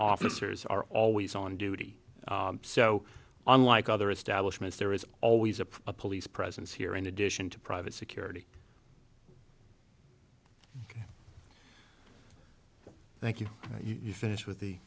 officers are always on duty so unlike other establishments there is always a police presence here in addition to private security thank you you finished with the